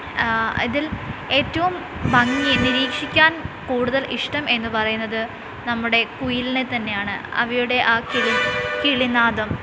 ഇതിൽ ഏറ്റവും ഭംഗി നിരീക്ഷിക്കാൻ കൂടുതൽ ഇഷ്ടം എന്ന് പറയുന്നത് നമ്മുടെ കുയിലിനെത്തന്നെയാണ് അവയുടെ ആ കിളിനാദം